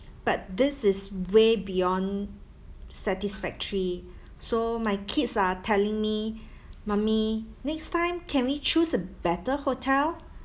but this is way beyond satisfactory so my kids are telling me mummy next time can we choose a better hotel